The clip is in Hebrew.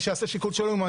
שיעשה את השיקול שלו.